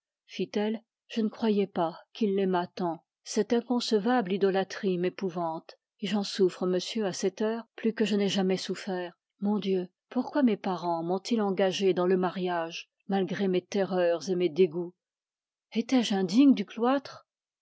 je ne croyais pas qu'il l'aimât tant cette inconcevable idolâtrie m'épouvante et j'en souffre monsieur à cette heure plus que je n'ai jamais souffert mon dieu pourquoi mes parents m'ont-ils engagée dans le mariage malgré mes terreurs et mes dégoûts étais-je indigne du cloître